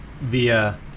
via